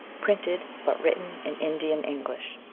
printed, but written in indian-english.